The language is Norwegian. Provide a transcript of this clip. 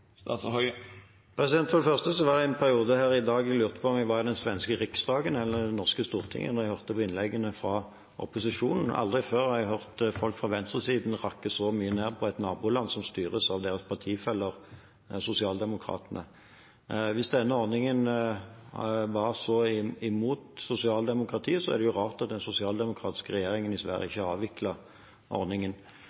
dag jeg lurte på om jeg var i den svenske Riksdagen eller i det norske storting da jeg hørte innleggene fra opposisjonen. Aldri før har jeg hørt folk fra venstresiden rakke så mye ned på et naboland som styres av deres partifeller, sosialdemokratene. Hvis denne ordningen sto så sterkt i motsetning til sosialdemokratiet, er det rart at den sosialdemokratiske regjeringen i Sverige